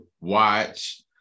watch